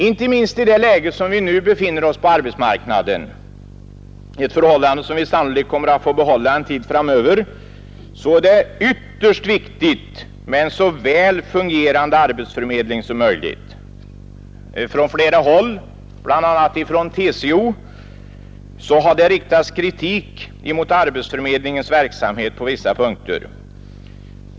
Inte minst i det läge som vi nu befinner oss på arbetsmarknaden — en situation som vi sannolikt kommer att få behålla en tid framöver — är det ytterst viktigt med en så väl fungerande arbetsförmedling som möjligt. Från flera håll, bl.a. från TCO, har det riktats kritik mot arbetsförmedlingens verksamhet på vissa punkter.